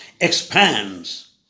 expands